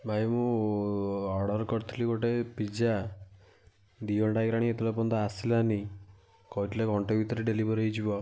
ଭାଇ ମୁଁ ଅର୍ଡ଼ର କରିଥିଲି ଗୋଟେ ପିଜ୍ଜା ଦୁଇ ଘଣ୍ଟା ହେଇଗଲାଣି ଏତେବେଳ ପର୍ଯ୍ୟନ୍ତ ଆସିଲାନି କହିଥିଲେ ଘଣ୍ଟେ ଭିତରେ ଡେଲିଭରି ହେଇଯିବ